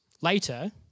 later